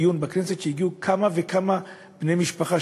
בכנסת דיון שהגיעו אליו כמה וכמה בני משפחה,